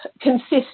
consist